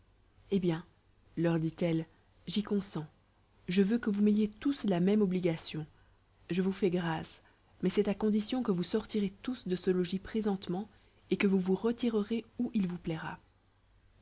eh bien leur dit-elle j'y consens je veux que vous m'ayez tous la même obligation je vous fais grâce mais c'est à condition que vous sortirez tous de ce logis présentement et que vous vous retirerez où il vous plaira